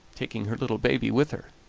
taking her little baby with her.